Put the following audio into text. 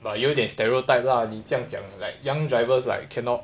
那有点 stereotype lah 你这样讲 like young drivers like cannot